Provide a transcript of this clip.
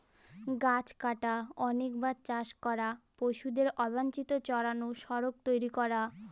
গাছ কাটা, অনেকবার চাষ করা, পশুদের অবাঞ্চিত চড়ানো, সড়ক তৈরী করা